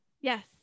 yes